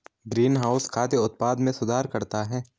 greenhouse खाद्य उत्पादन में सुधार करता है